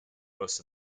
most